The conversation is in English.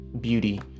beauty